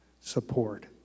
support